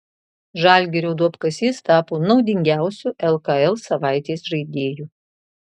žalgirio duobkasys tapo naudingiausiu lkl savaitės žaidėju